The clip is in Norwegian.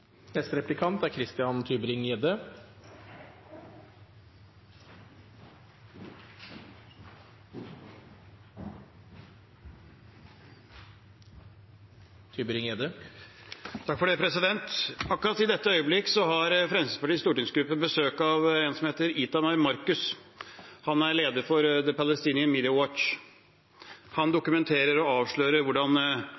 Akkurat i dette øyeblikk har Fremskrittspartiets stortingsgruppe besøk av en som heter Itamar Marcus. Han er leder for Palestinian Media Watch. Han